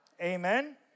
Amen